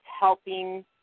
helping